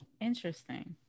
Interesting